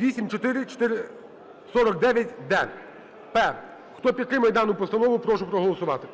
8449-д-П. Хто підтримує дану постанову, прошу проголосувати.